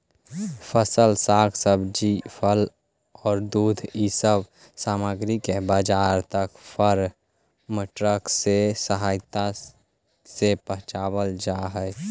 फसल, साग सब्जी, फल औउर दूध इ सब सामग्रि के बाजार तक फार्म ट्रक के सहायता से पचावल हई